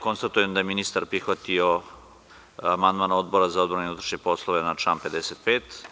Konstatujem da je ministar prihvatio amandman Odbora za odbranu i unutrašnje poslove na član 55.